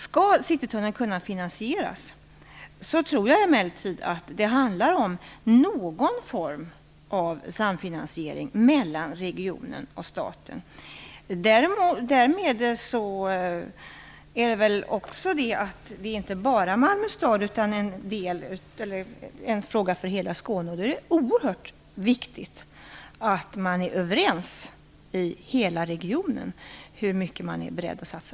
Skall Citytunneln kunna finansieras tror jag emellertid att det måste bli fråga om någon form av samfinansiering mellan regionen och staten. Därmed är det också klart att detta inte bara gäller Malmö stad utan att det är en fråga för hela Skåne, och det är därför oerhört viktigt att man är överens i hela regionen om hur mycket man är beredd att satsa.